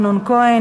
אמנון כהן,